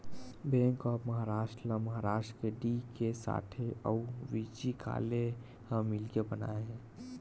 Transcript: bank of Maharashtra ल महारास्ट के D K Sathe अउ व्ही.जी काले ह मिलके बनाए हे